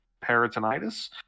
peritonitis